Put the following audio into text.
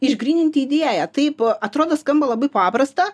išgryninti idėją taip atrodo skamba labai paprasta